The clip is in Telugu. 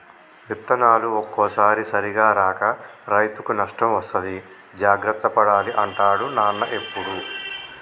విత్తనాలు ఒక్కోసారి సరిగా రాక రైతుకు నష్టం వస్తది జాగ్రత్త పడాలి అంటాడు నాన్న ఎప్పుడు